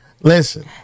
Listen